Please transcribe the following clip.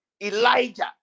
elijah